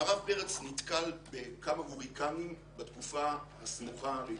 הרב פרץ נתקל בכמה הוריקנים בתקופה הסמוכה להתפטרותו.